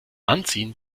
anziehen